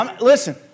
Listen